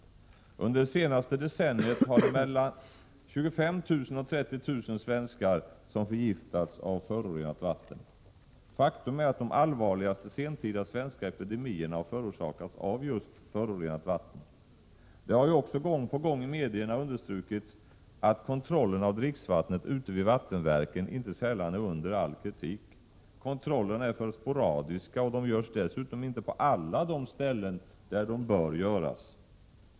Under det senaste decenniet har mellan 25 000 och 30 000 svenskar förgiftats av förorenat vatten. Faktum är att de allvarligaste sentida svenska epidemierna har förorsakats av just förorenat vatten. Det har ju också, gång på gång, i medierna understrukits att kontrollen av dricksvattnet ute vid vattenverken inte sällan är under all kritik. Kontrollerna är för sporadiska och de görs dessutom inte på alla de ställen där de bör göras.